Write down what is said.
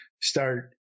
start